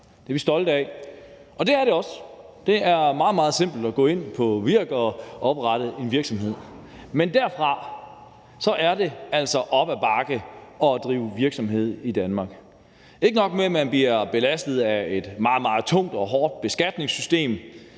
Det er vi stolte af. Og det er det også. Det er meget, meget simpelt at gå ind på Virk.dk og oprette en virksomhed. Men derfra er det altså op ad bakke at drive virksomhed i Danmark. Ikke nok med, at man bliver belastet af et meget, meget tungt og hårdt beskatningssystem,